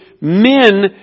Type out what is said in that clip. men